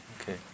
okay